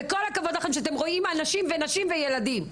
וכל הכבוד לכם שאתם רואים אנשים ונשים וילדים.